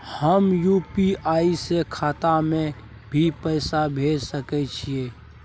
हम यु.पी.आई से खाता में भी पैसा भेज सके छियै?